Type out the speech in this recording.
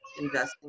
Investing